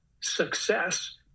success